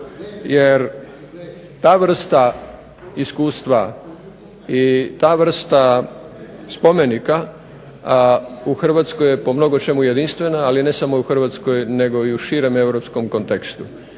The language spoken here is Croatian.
Jer ta vrsta iskustva i ta vrsta spomenika u HRvatskoj je po mnogo čemu jedinstvena, ali ne samo u HRvatskoj nego i u širem europskom kontekstu.